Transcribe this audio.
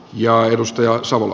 ja edustaja savola